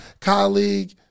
colleague